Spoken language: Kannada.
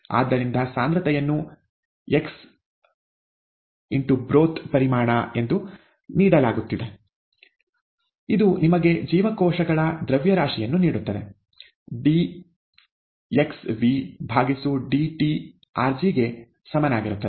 ಆದ್ದರಿಂದ ಸಾಂದ್ರತೆಯನ್ನು x x ಬ್ರೊಥ್ ಪರಿಮಾಣ ಎಂದು ನೀಡಲಾಗುತ್ತದೆ ಇದು ನಿಮಗೆ ಜೀವಕೋಶಗಳ ದ್ರವ್ಯರಾಶಿಯನ್ನು ನೀಡುತ್ತದೆ ddt rgಗೆ ಸಮನಾಗಿರುತ್ತದೆ